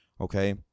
Okay